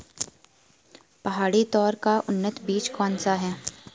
पहाड़ी तोर का उन्नत बीज कौन सा है?